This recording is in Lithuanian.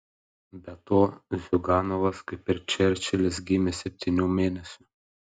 be to ziuganovas kaip ir čerčilis gimė septynių mėnesių